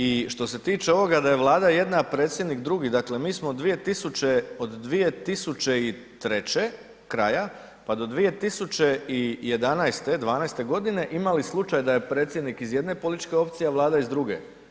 I što se tiče ovoga da je vlada jedna, a predsjednik drugi, dakle mi smo od 2003. kraja, pa do 2011., 2012. godine imali slučaj da je predsjednik iz jedne političke opcije, a vlada iz druge.